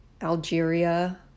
Algeria